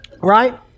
right